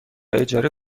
اجاره